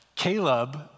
Caleb